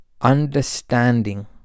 understanding